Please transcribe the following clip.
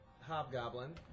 hobgoblin